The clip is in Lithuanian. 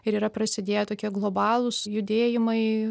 ir yra prasidėję tokie globalūs judėjimai